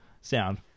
Sound